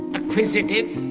acquisitive,